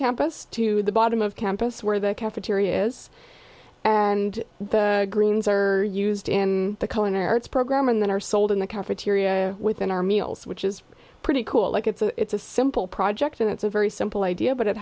campus to the bottom of campus where the cafeterias and the greens are used in the colony arts program and that are sold in the cafeteria within our meals which is pretty cool like it's a simple project and it's a very simple idea but it